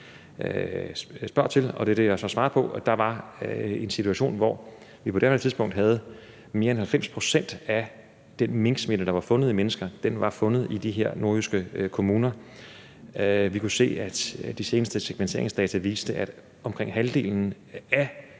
spørger til, og det er det, jeg så svarer på, altså at der var en situation, hvor vi på daværende tidspunkt havde mere end 90 pct. af den minksmitte, der var fundet i mennesker – den var fundet i de her nordjyske kommuner. Vi kunne se, at de seneste sekventeringsdata viste, at omkring halvdelen af